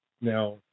Now